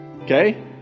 okay